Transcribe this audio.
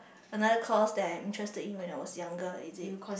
another course that interested you when I was younger is it